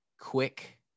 quick